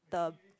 the